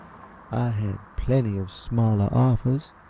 i had plenty of smaller offers,